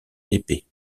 épée